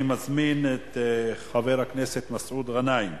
אני מזמין את חבר הכנסת מסעוד גנאים,